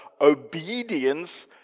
obedience